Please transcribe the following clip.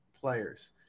players